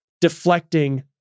deflecting